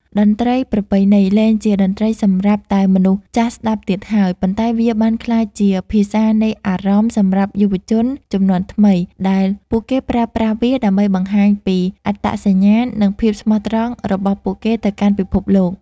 តន្ត្រីប្រពៃណី លែងជាតន្ត្រីសម្រាប់តែមនុស្សចាស់ស្ដាប់ទៀតហើយ ប៉ុន្តែវាបានក្លាយជាភាសានៃអារម្មណ៍សម្រាប់យុវជនជំនាន់ថ្មី ដែលពួកគេប្រើប្រាស់វាដើម្បីបង្ហាញពីអត្តសញ្ញាណ និងភាពស្មោះត្រង់របស់ពួកគេទៅកាន់ពិភពលោក។